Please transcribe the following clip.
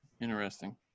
Interesting